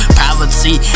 poverty